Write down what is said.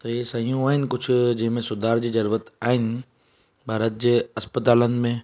त हीअ शयूं आहिनि कुझु जंहिंमें सुधार जी ज़रूरत आहिनि भारत जे अस्पतालियुनि में